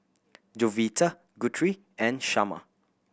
Jovita Guthrie and Shamar